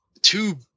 two